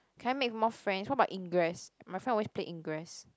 can I make more friends what about ingress my friend always play ingress